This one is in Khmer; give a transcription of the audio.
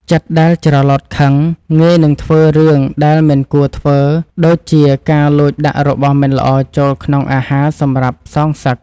ចិត្តដែលច្រឡោតខឹងងាយនឹងធ្វើរឿងដែលមិនគួរធ្វើដូចជាការលួចដាក់របស់មិនល្អចូលក្នុងអាហារសម្រាប់សងសឹក។